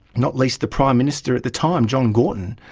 not least the prime minister at the time john gorton,